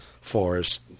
forest